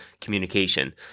communication